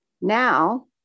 Now